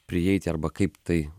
prieiti arba kaip tai